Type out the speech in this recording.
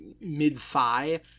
mid-thigh